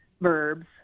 verbs